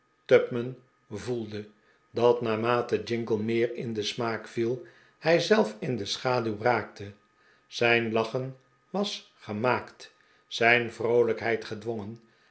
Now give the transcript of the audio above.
tupman voelde dat naarmate jingle meer in den smaak viel hij zelf in de schaduw raakte zijn lachen was gemaakt zijn vroolijkheid gedwongen